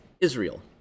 Israel